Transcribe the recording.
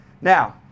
Now